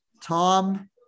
Tom